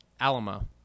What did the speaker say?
Alamo